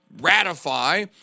ratify